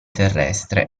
terrestre